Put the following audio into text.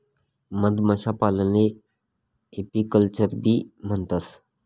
मधमाशीपालनले एपीकल्चरबी म्हणतंस